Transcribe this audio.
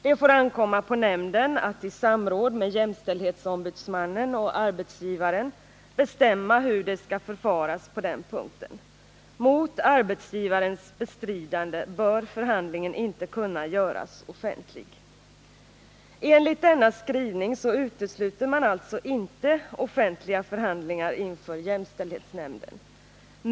Det får ankomma på nämnden att i samråd med jämställdhetsombudsmannen och arbetsgivaren bestämma hur det skall förfaras på den punkten. Mot arbetsgivarens bestridande bör förhandlingen inte kunna göras offentlig.” Enligt denna skrivning utesluter man alltså inte offentliga förhandlingar inför jämställdhetsnämnden.